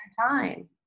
time